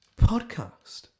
podcast